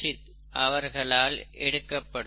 Madhulika Dixit அவர்களால் எடுக்கப்படும்